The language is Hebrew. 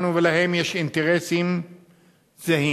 לנו ולהם יש אינטרסים זהים.